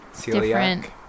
different